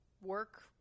work